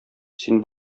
син